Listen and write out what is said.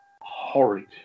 horrid